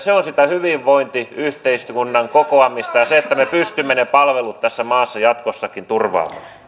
sitä hyvinvointiyhteiskunnan kokoamista ja sitä että me pystymme ne palvelut tässä maassa jatkossakin turvaamaan